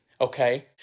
Okay